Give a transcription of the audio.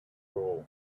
goal